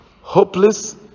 hopeless